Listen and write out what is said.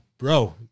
Bro